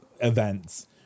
events